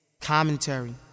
Commentary